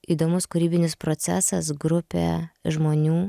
įdomus kūrybinis procesas grupė žmonių